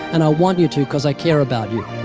and i want you to cause i care about you,